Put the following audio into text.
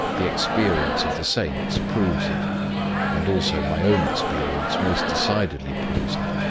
the experience of the saints proves it and also my own experience most decidedly proves it.